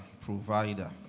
provider